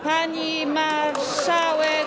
Pani Marszałek!